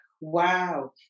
wow